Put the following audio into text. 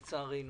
לצערי.